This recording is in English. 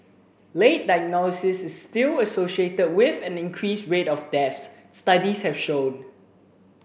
late diagnosis is still associated with an increased rate of deaths studies have shown